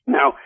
Now